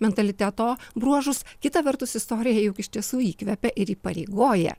mentaliteto bruožus kita vertus istorija juk iš tiesų įkvepia ir įpareigoja